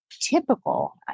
typical